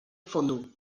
fondo